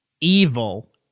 evil